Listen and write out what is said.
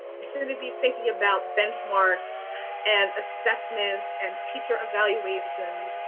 we shouldn't be thinking about benchmarks and assessments and teacher evaluations.